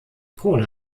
kohle